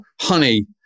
Honey